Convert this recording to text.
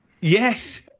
Yes